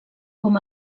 com